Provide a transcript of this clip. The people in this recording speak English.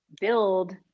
build